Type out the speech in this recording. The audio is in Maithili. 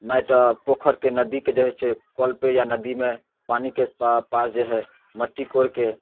माटि पोखर के नदीके जे होइ छै कऽलपर या नदीमे पानिके पास पास जे हैय मट्टी कोरिके